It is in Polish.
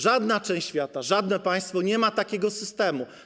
Żadna część świata, żadne państwo nie ma takiego systemu.